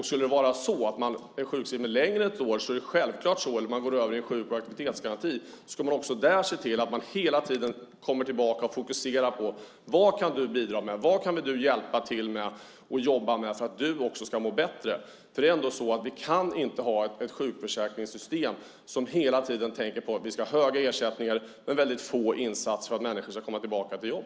Skulle det vara så att någon är sjukskriven längre än ett år, eller går över i sjuk och aktivitetsgaranti, är det självklart att också där se till att man hela tiden kommer tillbaka och att fokusera på: Vad kan du bidra med? Vad kan du hjälpa till med och jobba med för att du ska må bättre? Vi kan inte ha ett sjukförsäkringssystem där vi hela tiden tänker på att det ska vara höga ersättningar men väldigt få insatser för att människor ska komma tillbaka till jobb.